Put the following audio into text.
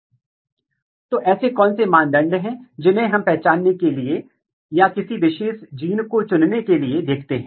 सीधे तौर पर रेगुलेशन के मामले में आपका ट्रांसक्रिप्शन कारक X जीन A को रेगुलेट कर रहा है और तब जीन A जीन B को रेगुलेट कर रहा है